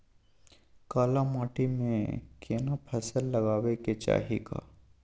काला माटी में केना फसल लगाबै के चाही?